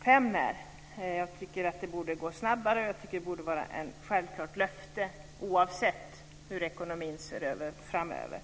2005. Det borde gå snabbare, och det borde vara ett självklart löfte oavsett hur ekonomin ser ut framöver.